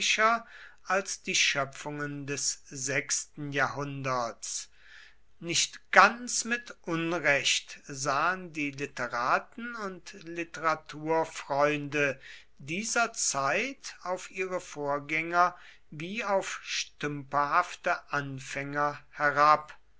als die schöpfungen des sechsten jahrhunderts nicht ganz mit unrecht sahen die literaten und literaturfreunde dieser zeit auf ihre vorgänger wie auf stümperhafte anfänger herab